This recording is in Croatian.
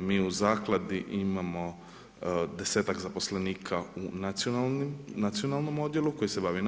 Mi u Zakladi imamo 10-ak zaposlenika u nacionalnom odjelu koji se bavi